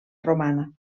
romana